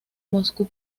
moscú